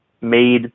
made